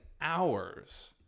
hours